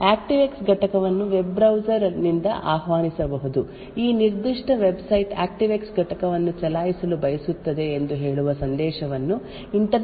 ActiveX ಘಟಕವನ್ನು web browser ನಿಂದ ಆಹ್ವಾನಿಸಬಹುದು ಈ ನಿರ್ದಿಷ್ಟ ವೆಬ್ಸೈಟ್ ಆಕ್ಟಿವ್ಎಕ್ಸ್ ಘಟಕವನ್ನು ಚಲಾಯಿಸಲು ಬಯಸುತ್ತದೆ ಎಂದು ಹೇಳುವ ಸಂದೇಶವನ್ನು ಇಂಟರ್ನೆಟ್ ಎಕ್ಸ್ಪ್ಲೋರರ್ ಹೇಗೆ ಪಾಪ್ ಅಪ್ ಮಾಡುತ್ತದೆ ಎಂಬುದನ್ನು ಈ ನಿರ್ದಿಷ್ಟ ಅಂಕಿ ತೋರಿಸುತ್ತದೆ